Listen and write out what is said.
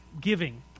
giving